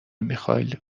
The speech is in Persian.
میخائیل